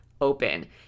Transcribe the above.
open